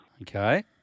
Okay